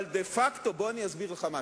אבל דה-פקטו זה לשנה וחצי.